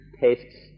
tastes